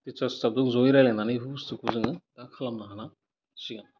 teachers स्टापजों ज'यै रायलायनानै बेफोर बुसथुखौ जोङो दा खालामनो हानांसिगोन